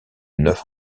neuf